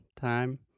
time